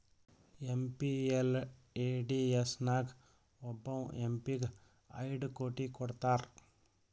MPLADS ನಾಗ್ ಒಬ್ಬವ್ M P ಗ ಐಯ್ಡ್ ಕೋಟಿ ಕೊಡ್ತಾರ್